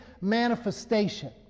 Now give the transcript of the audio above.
manifestation